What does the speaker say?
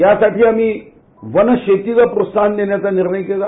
यासाठी आम्ही वनशेतीला प्रोत्साहन देण्याचा निर्णय केला